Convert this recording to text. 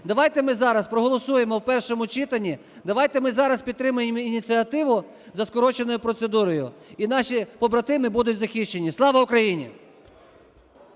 давайте ми зараз проголосуємо в першому читанні, давайте ми зараз підтримаємо ініціативу за скороченою процедурою і наші побратими будуть захищені. Слава Україні!